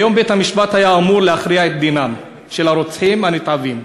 היום בית-המשפט היה אמור להכריע את דינם של הרוצחים הנתעבים,